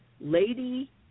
lady